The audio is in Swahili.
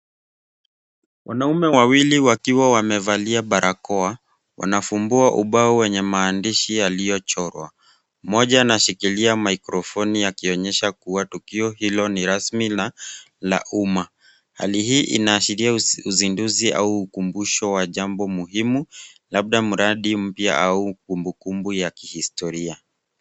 Wanaume wawili wakiwa wamevalia barakoa. Wanafumbua ubao wenye maandishi yaliyochorwa. Mmoja ameshikilia microphone akionyesha kuwa tukio hilo ni rasmi na la umma. Hali hii inaashiria uvumbuzi au ukumbusho wa jambo muhimu labda mradi mpya au kumbukumbu ya kihistoria.